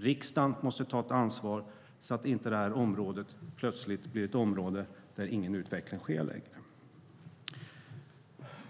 Riksdagen måste ta ett ansvar, så att inte det här området plötsligt blir ett område där ingen utveckling längre sker.